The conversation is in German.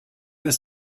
ist